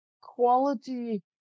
quality